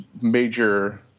major